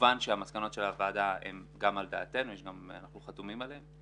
כמובן שהמסקנות של הוועדה הן גם על דעתנו ואנחנו חתומים עליהן.